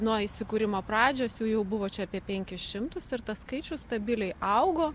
nuo įsikūrimo pradžios jau jų buvo čia apie penkis šimtus ir tas skaičius stabiliai augo